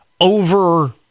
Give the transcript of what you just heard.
over